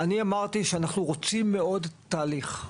אני אמרתי שאנחנו רוצים מאוד תהליך,